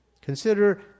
Consider